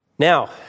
Now